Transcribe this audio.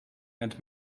and